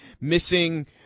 missing